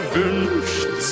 wünscht